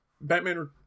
Batman